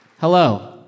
Hello